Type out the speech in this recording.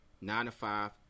nine-to-five